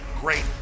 great